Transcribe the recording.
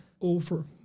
Over